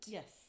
Yes